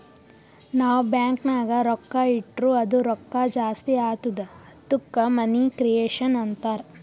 ನಾವ್ ಬ್ಯಾಂಕ್ ನಾಗ್ ರೊಕ್ಕಾ ಇಟ್ಟುರ್ ಅದು ರೊಕ್ಕಾ ಜಾಸ್ತಿ ಆತ್ತುದ ಅದ್ದುಕ ಮನಿ ಕ್ರಿಯೇಷನ್ ಅಂತಾರ್